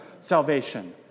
salvation